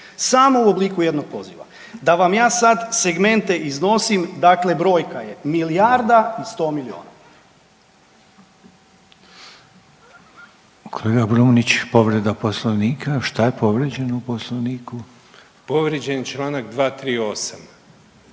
samo u obliku jednog poziva. Da vam ja sad segmente iznosim, dakle brojka je milijarda i sto milijuna. **Reiner, Željko (HDZ)** Kolega Brumnić povreda Poslovnika. Što je povrijeđeno u Poslovniku? **Brumnić, Zvane